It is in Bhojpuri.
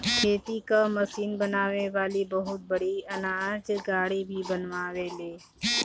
खेती कअ मशीन बनावे वाली बहुत कंपनी अनाज गाड़ी भी बनावेले